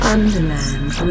Underland